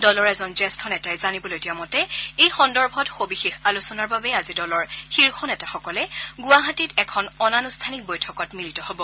দলৰ এজন জ্যেষ্ঠ নেতাই জানিবলৈ দিয়া মতে এই সন্দৰ্ভত সবিশেষ আলোচনাৰ বাবে আজি দলৰ শীৰ্ষ নেতাসকলে গুৱাহাটীত এখন অনানুষ্ঠানিক বৈঠকত মিলিত হব